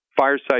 fireside